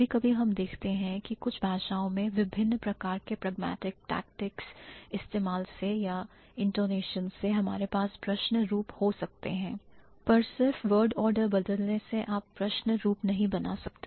कभी कभी हम देखते हैं कि कुछ भाषाओं में विभिन्न प्रकार के pragmatics tactics इस्तेमाल से या intonations से हमारे पास प्रश्न रूप हो सकते हैं पर सिर्फ word order बदलने से आप प्रश्न रूप नहीं बना सकते